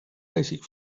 basic